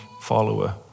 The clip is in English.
follower